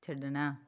ਛੱਡਣਾ